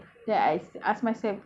wear ah